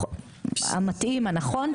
המתאים הנכון,